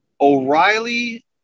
O'Reilly